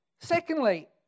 Secondly